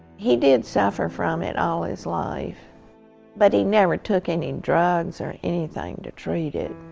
he did suffer from it all his life but he never took any drugs or anything to treat it.